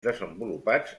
desenvolupats